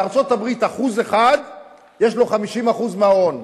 בארצות-הברית, 1% יש לו 50% מההון.